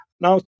Now